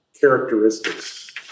characteristics